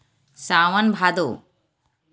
सावन भादो